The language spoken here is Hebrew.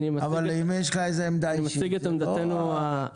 אבל אם יש לך עמדה אישית --- אני מציג את עמדתנו המשפטית,